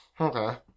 Okay